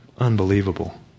unbelievable